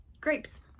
grapes